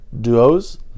Duos